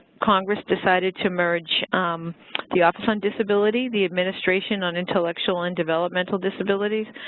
congress decided to merge the office on disability, the administration on intellectual and developmental disabilities,